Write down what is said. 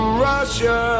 Russia